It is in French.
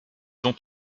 ont